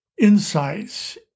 insights